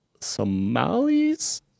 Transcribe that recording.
Somalis